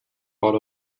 part